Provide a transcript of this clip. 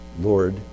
Lord